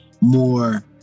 more